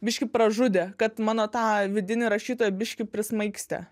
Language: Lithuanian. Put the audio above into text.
biškį pražudė kad mano tą vidinį rašytoją biški prismaigstė